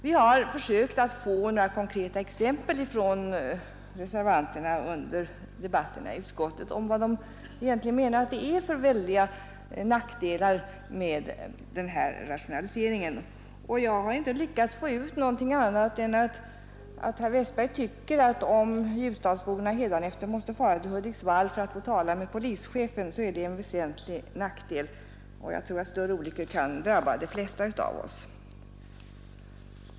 Vi har under debatterna i utskottet försökt få några konkreta exempel från reservanterna på vad de egentligen menar att det är för väldiga nackdelar med den här rationaliseringen. Jag har inte lyckats få ut något annat än att herr Westberg tycker att om ljusdalsborna hädanefter måste fara till Hudiksvall för att tala med polischefen, så är det en väsentlig nackdel. Jag tror att större olyckor kan drabba de flesta av oss.